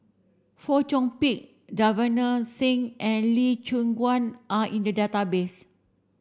Fong Chong Pik Davinder Singh and Lee Choon Guan are in the database